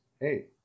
hey